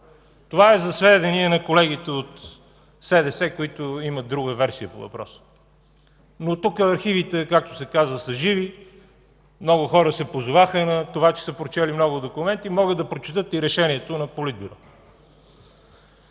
Това е за сведение на колегите от СДС, които имат друга версия по въпроса. Тук архивите, както се казва, са живи. Много хора се позоваха на това, че са прочели много документи, могат да прочетат и решението на Политбюро.